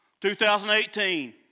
2018